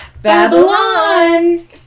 Babylon